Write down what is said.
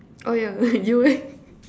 oh yeah you